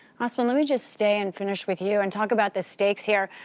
asma, let me just stay and finish with you and talk about the stakes here.